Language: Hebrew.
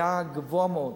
הקרינה היתה גבוהה מאוד,